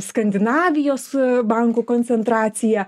skandinavijos bankų koncentracija